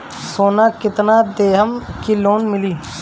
सोना कितना देहम की लोन मिली?